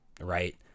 Right